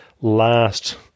last